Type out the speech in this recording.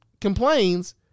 complains